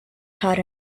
taught